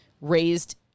raised